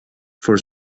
for